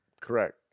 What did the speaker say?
Correct